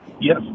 yes